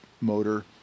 motor